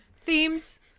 Themes